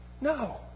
No